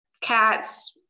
cats